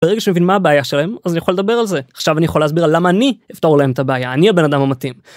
ברגע שמבין מה הבעיה שלהם אז אני יכול לדבר על זה עכשיו אני יכול להסביר למה אני אפתור להם את הבעיה אני הבן אדם המתאים.